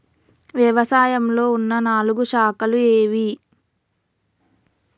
వ్యవసాయంలో ఉన్న నాలుగు శాఖలు ఏవి?